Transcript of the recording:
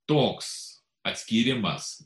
toks atskyrimas